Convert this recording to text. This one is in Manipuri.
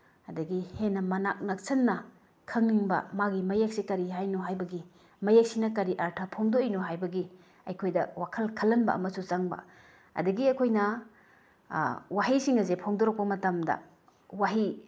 ꯑꯗꯒꯤ ꯍꯦꯟꯅ ꯃꯅꯥꯛ ꯅꯛꯁꯤꯟꯅ ꯈꯪꯅꯤꯡꯕ ꯃꯥꯒꯤ ꯃꯌꯦꯛꯁꯦ ꯀꯔꯤ ꯍꯥꯏꯅꯣ ꯍꯥꯏꯕꯒꯤ ꯃꯌꯦꯛꯁꯤꯅ ꯀꯔꯤ ꯑꯥꯔꯊꯥ ꯐꯣꯡꯗꯣꯛꯏꯅꯣ ꯍꯥꯏꯕꯒꯤ ꯑꯩꯈꯣꯏꯗ ꯋꯥꯈꯜ ꯈꯜꯍꯟꯕ ꯑꯃꯁꯨ ꯆꯪꯕ ꯑꯗꯒꯤ ꯑꯩꯈꯣꯏꯅ ꯋꯥꯍꯩꯁꯤꯡ ꯑꯁꯦ ꯐꯣꯡꯗꯣꯔꯛꯄ ꯃꯇꯝꯗ ꯋꯥꯍꯩ